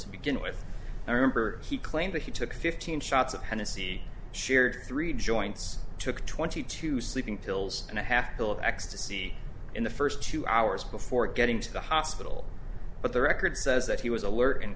to begin with i remember he claimed that he took fifteen shots of hennessy shared three joints took twenty two sleeping pills and a half bill of ecstasy in the first two hours before getting to the hospital but the record says that he was alert and